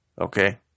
Okay